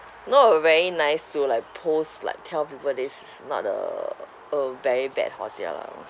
not uh very nice to like post like tell people this is not a a very bad hotel lah